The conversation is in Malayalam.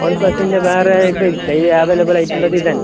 വൺ പ്ലസിൻ്റെ വേറെ ഇപ്പോൾ ഇല്ല അവൈലബിളായിട്ടുള്ളത് ഇതന്നെ